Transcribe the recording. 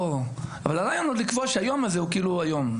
אבל הרעיון הוא לקבוע שהיום הזה הוא כאילו היום.